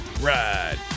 ride